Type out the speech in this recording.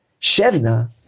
Shevna